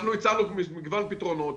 אנחנו הצענו מגוון פתרונות,